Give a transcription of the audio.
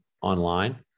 online